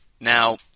Now